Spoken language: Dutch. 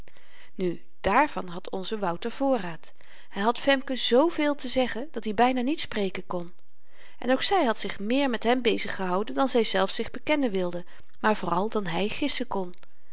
nu dààrvan had onze wouter voorraad hy had femke zveel te zeggen dat-i byna niet spreken kon en ook zy had zich meer met hem bezig gehouden dan zyzelf zich bekennen wilde meer vooral dan hy gissen kon